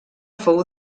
fou